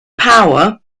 power